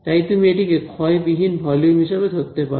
তাই তুমি এটিকে ক্ষয় বিহীন ভলিউম হিসাবে ধরতে পারো